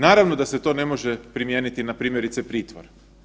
Naravno da se to ne može primijeniti na primjerice pritvor.